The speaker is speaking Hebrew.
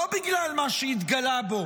לא בגלל מה שהתגלה בו,